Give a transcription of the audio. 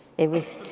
it was